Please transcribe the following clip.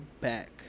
back